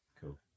Cool